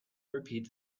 repeat